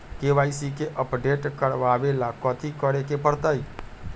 KYC के update करवावेला कथि करें के परतई?